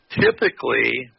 typically